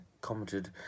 commented